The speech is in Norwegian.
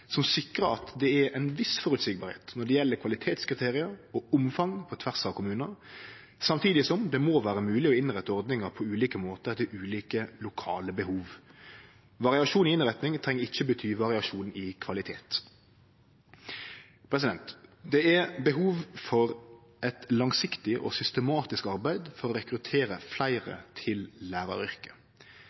som sikrar at det er ei viss føreseielegheit når det gjeld kvalitetskriterium og omfang på tvers av kommunar, samtidig som det må vere mogleg å innrette ordninga på ulike måtar til ulike lokale behov. Variasjon i innretning treng ikkje bety variasjon i kvalitet. Det er behov for eit langsiktig og systematisk arbeid for å rekruttere fleire til læraryrket.